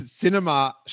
cinema